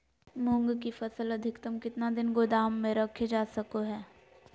मूंग की फसल अधिकतम कितना दिन गोदाम में रखे जा सको हय?